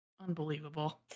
Unbelievable